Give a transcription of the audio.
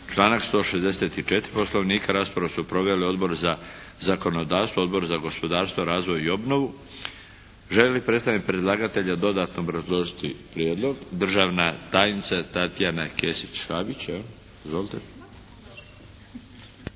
Članak 164. Poslovnika. Raspravu su proveli Odbor za zakonodavstvo, Odbor za gospodarstvo, razvoj i obnovu. Želi li predstavnik predlagatelja dodatno obrazložiti prijedlog? Državna tajnica Tajana Kesić-Šapić jel'?